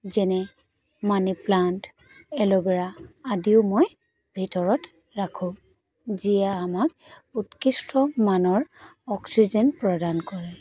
যেনে money plant aloe vera আদিও মই ভিতৰত ৰাখোঁ যিয়ে আমাক উৎকৃষ্টমানৰ অক্সিজেন প্ৰদান কৰে